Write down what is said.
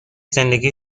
زندگی